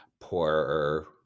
poorer